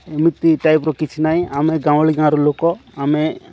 ଏମିତି ଟାଇପ୍ର କିଛି ନାହିଁ ଆମେ ଗାଉଁଳି ଗାଁର ଲୋକ ଆମେ